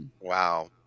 Wow